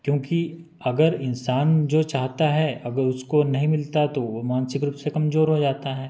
क्योंकि अगर इंसान जो चाहता है अगर उसको नहीं मिलता तो वो मानसिक रूप से कमजोर हो जाता है